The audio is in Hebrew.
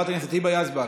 חברת הכנסת היבה יזבק,